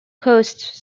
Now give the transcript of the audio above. coast